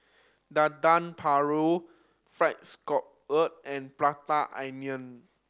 Dendeng Paru Fried Scallop and Prata Onion